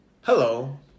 Hello